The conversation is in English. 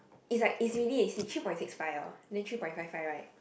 it's like it's really three point six five orh then three point five five right